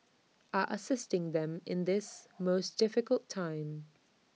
are assisting them in this most difficult time